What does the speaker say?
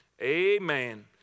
Amen